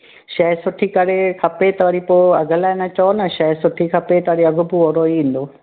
शइ सुठी करे खपे त वरी पोइ अघ लाइ न चओ न शइ सुठी खपे त वरी अघ पोइ ओरो ई ईंदो